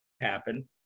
happen